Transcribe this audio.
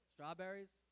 Strawberries